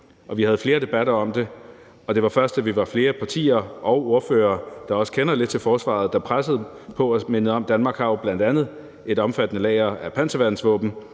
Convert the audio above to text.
Vi havde flere debatter om det, og det var først, da vi var flere partier og ordførere, der også kender lidt til forsvaret, der pressede på og mindede om, at Danmark jo bl.a. har et omfattende lager af panserværnsvåben,